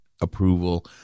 approval